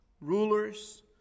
rulers